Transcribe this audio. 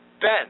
Ben